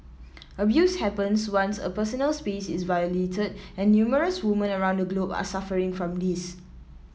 abuse happens once a personal space is violated and numerous woman around the globe are suffering from this